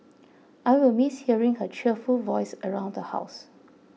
I will miss hearing her cheerful voice around the house